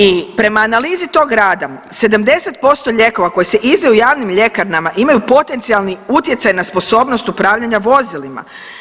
I prema analizi tog rada 70% lijekova koji se izdaju javnim ljekarnama imaju potencijali utjecaj na sposobnost upravljanja vozilima.